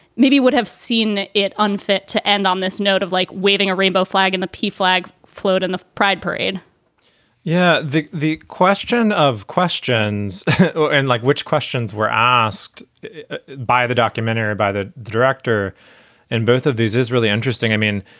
maybe would have seen it unfit to end on this note of like waving a rainbow flag in the p flag float in and the pride parade yeah. the the question of questions and like which questions were asked by the documentary, by the director and both of these is really interesting. i mean,